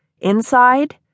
Inside